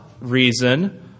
reason